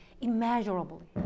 immeasurably